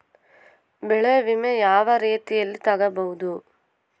ಬೆಳೆ ವಿಮೆ ಯಾವ ರೇತಿಯಲ್ಲಿ ತಗಬಹುದು?